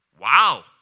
Wow